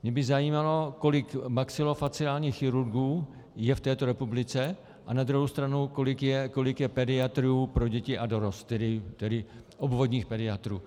Mě by zajímalo, kolik maxilofaciálních chirurgů je v této republice, a na druhou stranu, kolik je pediatrů pro děti a dorost, tedy obvodních pediatrů.